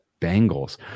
Bengals